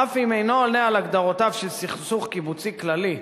אף אם אינו עונה על הגדרותיו של סכסוך קיבוצי כללי,